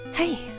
Hey